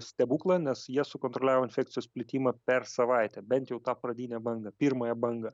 stebuklą nes jie sukontroliavo infekcijos plitimą per savaitę bent jau tą pradinę bangą pirmąją bangą